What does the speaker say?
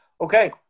Okay